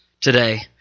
today